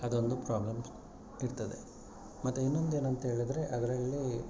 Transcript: ಅದೊಂದು ಪ್ರಾಬ್ಲಮ್ಸ್ ಇರ್ತದೆ ಮತ್ತೆ ಇನ್ನೊಂದು ಏನಂಥೇಳಿದ್ರೆ ಅದ್ರಲ್ಲಿ